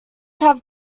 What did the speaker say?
have